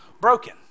broken